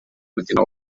mukino